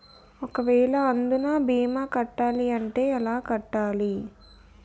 ఒక వేల అందునా భీమా కట్టాలి అంటే ఎలా కట్టాలి?